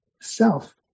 self